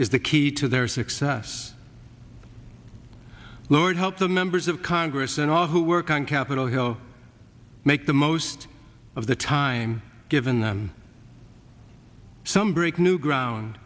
is the key to their success lord help the members of congress and all who work on capitol hill make the most of the time given them some break new ground